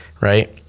right